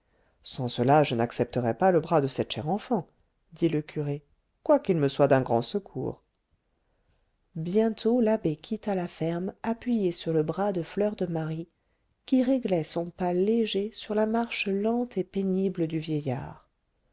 sans cela je n'accepterais pas le bras de cette chère enfant dit le curé quoiqu'il me soit d'un grand secours bientôt l'abbé quitta la ferme appuyé sur le bras de fleur de marie qui réglait son pas léger sur la marche lente et pénible du vieillard